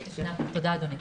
תודה, אדוני.